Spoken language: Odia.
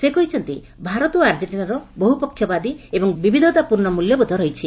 ସେ କହିଛନ୍ତି ଭାରତ ଓ ଆର୍ଜେଣ୍ଟିନାର ବହୁପକ୍ଷବାଦୀ ଏବଂ ବିବିଧତାପୂର୍ଣ୍ଣ ମଲ୍ୟବୋଧ ରହିଛି